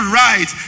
right